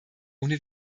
ohne